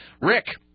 Rick